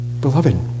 Beloved